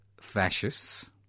fascists